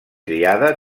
triada